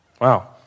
Wow